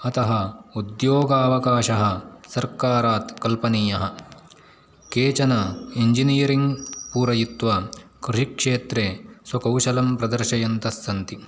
अतः उद्योगावकाशः सर्कारात् कल्पनीयः केचन इञ्जिनियरिङ्ग् पूरयित्वा कृषिक्षेत्रे स्वकौशलं प्रदर्शयन्तस्सन्ति